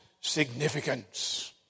significance